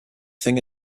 thing